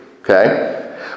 Okay